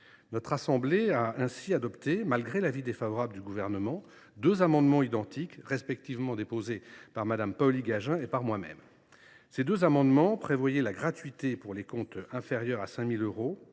Notre assemblée avait alors adopté, malgré l’avis défavorable du Gouvernement, deux amendements identiques, respectivement déposés par Vanina Paoli Gagin et par moi même. Ces deux amendements prévoyaient la gratuité pour les comptes inférieurs à 5 000 euros